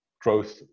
growth